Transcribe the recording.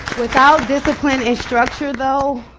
without discipline and structure though,